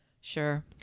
Sure